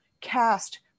cast